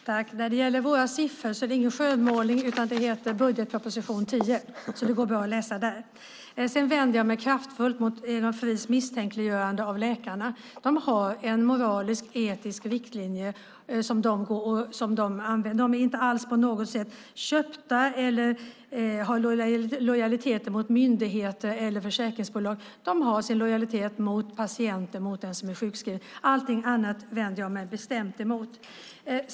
Herr talman! När det gäller våra siffror är det ingen skönmålning, utan de är hämtade ur budgetpropositionen för 2010, så det går bra att läsa där. Jag vänder mig kraftfullt mot Egon Frids misstänkliggörande av läkarna. De har en moralisk och etisk riktlinje som de arbetar efter. De är inte alls på något sätt köpta eller har lojaliteter mot myndigheter eller försäkringsbolag. De har sin lojalitet mot patienter, mot dem som är sjukskrivna. Allting annat vänder jag mig bestämt emot.